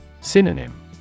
Synonym